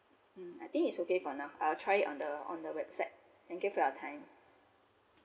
mm it's okay for now I'll try it on the on the website thank you for your time